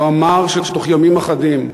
הוא אמר שתוך ימים אחדים,